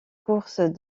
courses